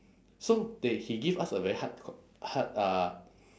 so they he give us a very hard c~ hard uh